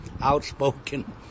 outspoken